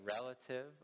relative